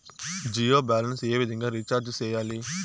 Jio balance ఏ విధంగా recharge సేయాలి?